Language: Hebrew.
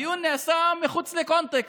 הדיון נעשה מחוץ לקונטקסט.